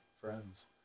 friends